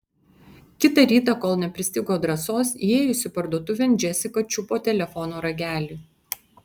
kitą rytą kol nepristigo drąsos įėjusi parduotuvėn džesika čiupo telefono ragelį